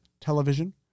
television